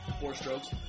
Four-strokes